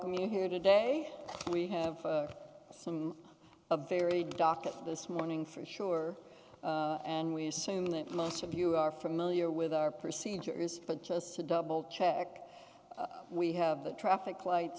i mean here today we have some of very docket this morning for sure and we assume that most of you are familiar with our procedure is just to double check we have the traffic light